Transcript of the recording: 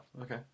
okay